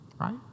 right